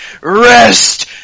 rest